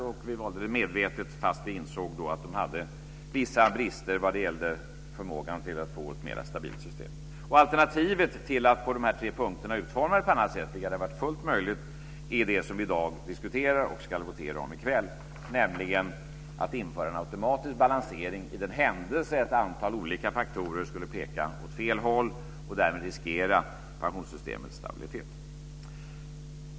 Vi valde medvetet, fast vi insåg att det fanns vissa brister vad gällde förmågan att få ett mera stabilt system. Alternativet till att på dessa tre punkter utforma det på annat sätt, vilket hade varit fullt möjligt, är det som vi i dag diskuterar och ska votera om i kväll, nämligen att införa en automatisk balansering i den händelse ett antal olika faktorer skulle peka åt fel håll och därmed riskera pensionssystemets stabilitet.